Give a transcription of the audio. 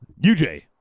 UJ